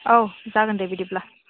औ जागोन दे बिदिब्ला